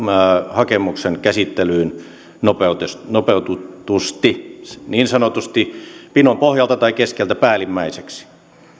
hakemuksen käsittelyyn nopeutetusti nopeutetusti niin sanotusti pinon pohjalta tai keskeltä päällimmäiseksi